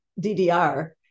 DDR